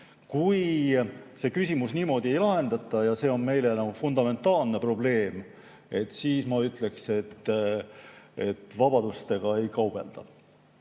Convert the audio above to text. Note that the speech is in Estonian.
Kui küsimusi niimoodi ei lahendata ja see on meile nagu fundamentaalne probleem, siis ma ütleksin, et vabadustega ei kaubelda.